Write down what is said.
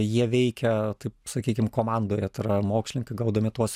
jie veikia taip sakykim komandoje tai yra mokslininkai gaudami tuos